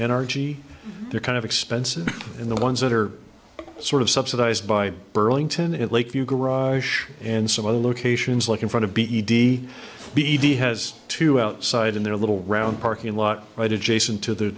energy they're kind of expensive in the ones that are sort of subsidized by burlington at lakeview garage and some other locations like in front of be d b e d has two outside in their little round parking lot right adjacent to the